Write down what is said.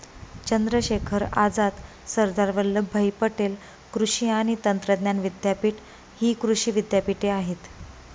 चंद्रशेखर आझाद, सरदार वल्लभभाई पटेल कृषी आणि तंत्रज्ञान विद्यापीठ हि कृषी विद्यापीठे आहेत